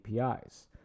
APIs